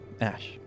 Ash